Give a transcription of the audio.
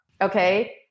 okay